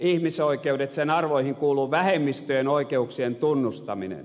sen arvoihin kuuluu vähemmistöjen oikeuksien tunnustaminen